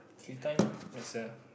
three times that's uh